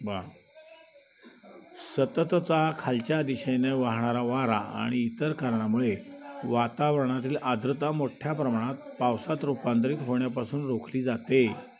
ब सततचा खालच्या दिशेने वाहणारा वारा आणि इतर कारणामुळे वातावरणातील आर्द्रता मोठ्ठ्या प्रमाणात पावसात रूपांतरित होण्यापासून रोखली जाते